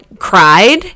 Cried